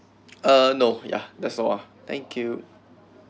uh no ya that's all thank you